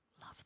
love